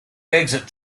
exit